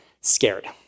scared